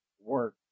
work